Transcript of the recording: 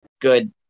Good